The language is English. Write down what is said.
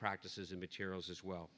practices and materials as well